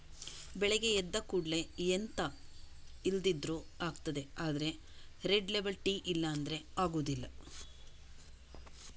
ಬೆಳಗ್ಗೆ ಎದ್ದ ಕೂಡ್ಲೇ ಎಂತ ಇಲ್ದಿದ್ರೂ ಆಗ್ತದೆ ಆದ್ರೆ ರೆಡ್ ಲೇಬಲ್ ಟೀ ಇಲ್ಲ ಅಂದ್ರೆ ಆಗುದಿಲ್ಲ